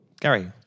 Gary